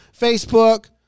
Facebook